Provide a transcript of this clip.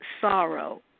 sorrow